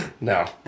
no